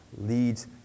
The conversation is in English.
leads